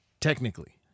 technically